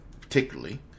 particularly